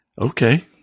Okay